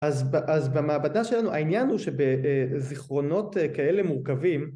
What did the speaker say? אז במעבדה שלנו העניין הוא שבזיכרונות כאלה מורכבים